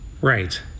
Right